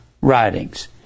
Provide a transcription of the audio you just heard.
writings